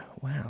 Wow